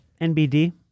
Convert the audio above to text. NBD